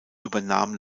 übernahm